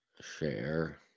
Share